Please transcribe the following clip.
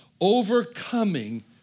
overcoming